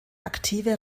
aktive